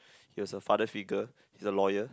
he was a father figure he's a lawyer